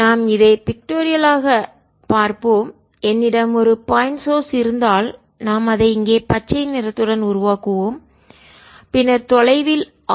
நாம் இதை பீக்டோரியல் ஆக சித்திர ரீதியாக பார்ப்போம் என்னிடம் ஒரு பாயிண்ட் சோர்ஸ் இருந்தால் நாம் அதை இங்கே பச்சை நிறத்துடன் உருவாக்குவோம் பின்னர் தொலைவில் r